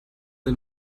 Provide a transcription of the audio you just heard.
del